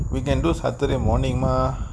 we can do saturday morning mah